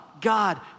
God